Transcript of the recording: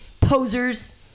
posers